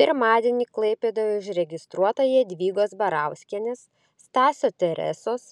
pirmadienį klaipėdoje užregistruota jadvygos barauskienės stasio teresos